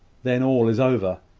then all is over.